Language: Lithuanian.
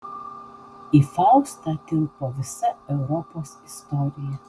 į faustą tilpo visa europos istorija